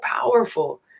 powerful